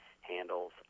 handles